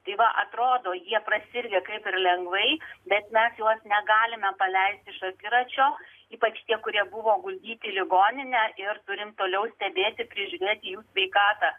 tai va atrodo jie prasirgę kaip ir lengvai bet mes juos negalime paleisti iš akiračio ypač tie kurie buvo guldyti į ligoninę ir turim toliau stebėti prižiūrėti jų sveikatą